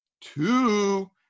two